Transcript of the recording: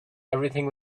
everything